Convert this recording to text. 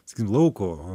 sakykim lauko